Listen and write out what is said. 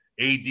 AD